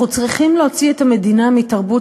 אנחנו צריכים להוציא את המדינה מתרבות